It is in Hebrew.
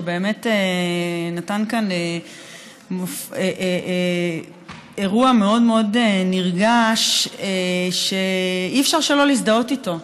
שבאמת נתן כאן אירוע מאוד מאוד נרגש שאי-אפשר שלא להזדהות איתו.